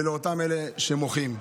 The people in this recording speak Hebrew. ולאותם אלה שמוחים: